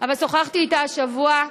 אבל שוחחתי איתה השבוע,